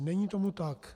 Není tomu tak.